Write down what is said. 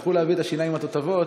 הלכו להביא את השיניים התותבות,